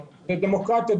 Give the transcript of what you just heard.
בדמוקרטיות,